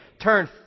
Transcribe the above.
Turn